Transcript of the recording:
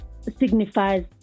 signifies